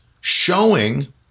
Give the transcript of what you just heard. showing